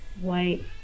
white